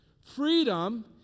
Freedom